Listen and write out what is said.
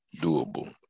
doable